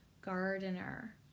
gardener